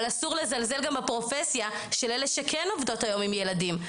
אבל אסור לזלזל גם בפרופסיה של אלה שכן עובדות היום עם ילדים.